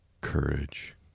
Courage